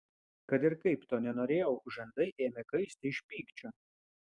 kad ir kaip to nenorėjau žandai ėmė kaisti iš pykčio